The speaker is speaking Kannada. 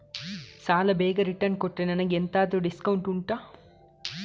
ಸಾಲ ಬೇಗ ರಿಟರ್ನ್ ಕೊಟ್ರೆ ನನಗೆ ಎಂತಾದ್ರೂ ಡಿಸ್ಕೌಂಟ್ ಉಂಟಾ